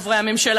חברי הממשלה,